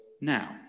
now